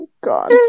God